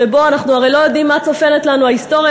שבו אנחנו הרי לא יודעים מה צופנת לנו ההיסטוריה,